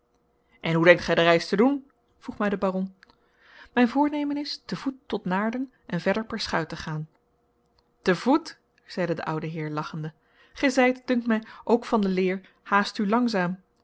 en hoe denkt gij de reis te doen vroeg mij de baron mijn voornemen is te voet tot naarden en verder per schuit te gaan te voet zeide de oude heer lachende gij zijt dunkt mij ook van de leer haast u langzaam